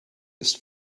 ist